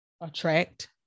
attract